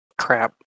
crap